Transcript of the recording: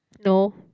no